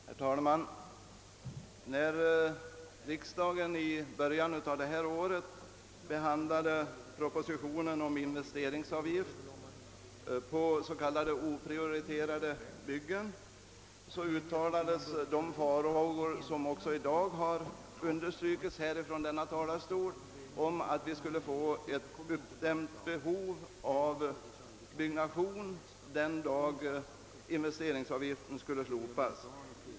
Herr talman! När riksdagen i början av detta år behandlade propositionen om investeringsavgift på s.k. oprioriterade byggen uttalades det farhågor — som också i dag understrukits från denna talarstol — om att vi skulle få ett uppdämt behov av byggnation den dag investeringsavgiften skulle slopas.